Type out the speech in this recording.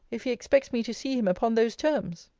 if he expects me to see him upon those terms.